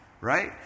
Right